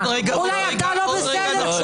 אולי אתה לא בסדר?